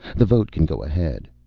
the vote can go ahead.